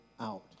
out